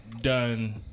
done